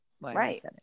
Right